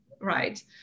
right